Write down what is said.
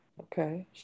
Okay